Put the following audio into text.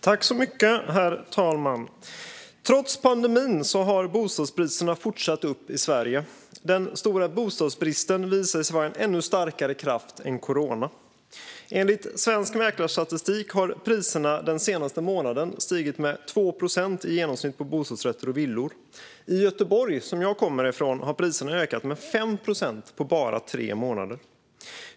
Herr talman! Trots pandemin har bostadspriserna fortsatt uppåt i Sverige. Den stora bostadsbristen visade sig vara en ännu starkare kraft än corona. Enligt Svensk Mäklarstatistik har priserna den senaste månaden stigit med i genomsnitt 2 procent på bostadsrätter och villor. I Göteborg, som jag kommer ifrån, har priserna ökat med 5 procent på bara tre månader.